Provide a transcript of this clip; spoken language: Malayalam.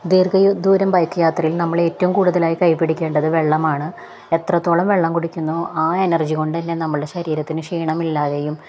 ദീർഘ ദൂരം ബൈക്ക് യാത്രയിൽ നമ്മളേറ്റവും കൂടുതലായി കയ്യില് പിടിക്കേണ്ടതു വെള്ളമാണ് എത്രത്തോളം വെള്ളം കുടിക്കുന്നു ആ എനർജി കൊണ്ടുതന്നെ നമ്മളുടെ ശരീരത്തിനു ക്ഷീണമില്ലാതെയും